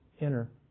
Enter